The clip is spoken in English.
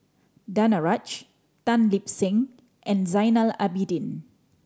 Danaraj Tan Lip Seng and Zainal Abidin